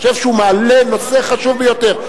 אני חושב שהוא מעלה נושא חשוב ביותר.